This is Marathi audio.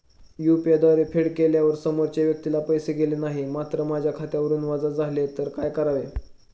यु.पी.आय द्वारे फेड केल्यावर समोरच्या व्यक्तीला पैसे गेले नाहीत मात्र माझ्या खात्यावरून वजा झाले तर काय करावे?